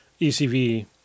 ECV